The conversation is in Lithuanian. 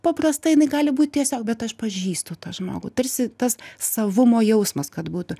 paprasta jinai gali būti tiesiog bet aš pažįstu tą žmogų tarsi tas savumo jausmas kad būtų